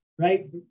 right